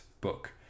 book